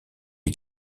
est